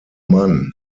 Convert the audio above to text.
mann